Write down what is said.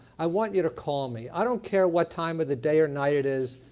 i want you to call me. i don't care what time of the day or night it is,